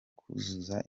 kuzuza